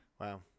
Wow